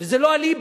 וזה לא הליבה,